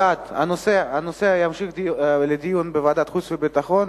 יש ועדת משנה לנושא הסברה בוועדת החוץ והביטחון.